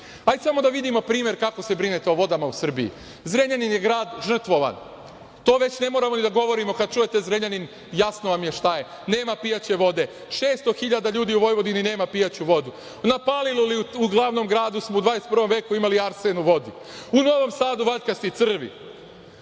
ljudi. Samo da vidimo primer kako se brinete o vodama u Srbiji. Zrenjanin je grad žrtvovan. To već ne moramo ni da govorimo, kada čujete Zrenjanin, jasno vam je šta je. Nema pijaće vode, 600.000 ljudi u Vojvodini nema pijaću vodu. Na Paliluli smo, u glavnom gradu, u 21. veku imali arsen u vodi. U Novom Sadu valjkasti crvi.